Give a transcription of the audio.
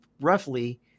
roughly